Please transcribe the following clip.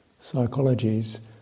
Psychologies